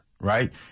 right